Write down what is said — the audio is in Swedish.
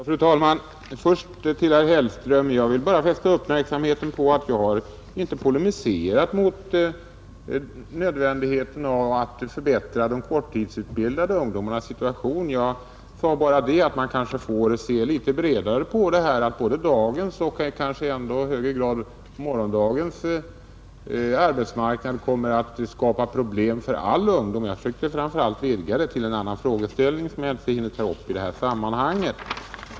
Fru talman! Först några ord till herr Hellström. Jag vill bara fästa uppmärksamheten på att jag inte har polemiserat mot nödvändigheten av att förbättra de korttidsutbildade ungdomarnas situation. Jag sade bara att man kanske får se litet bredare på det förhållandet att både dagens och kanske i ännu högre grad morgondagens arbetsmarknad kommer att skapa problem för all ungdom. Jag försökte framför allt vidga problemet till en annan frågeställning, som jag inte hinner ta upp i detta sammanhang.